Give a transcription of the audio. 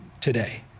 today